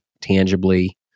tangibly